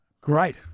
Great